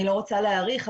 אני לא רוצה להאריך,